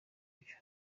byo